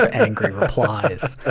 ah angry replies.